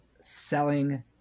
selling